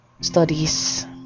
studies